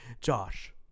Josh